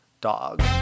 Dog